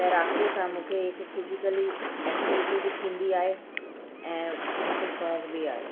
तैराकीअ सां मूंखे हिकु फिज़ीकली एक्टविटी बि थींदी आहे ऐं मूंखे शौंक़ु बि आहे